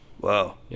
Wow